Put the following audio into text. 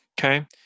okay